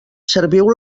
serviu